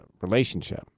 relationship